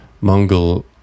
mongol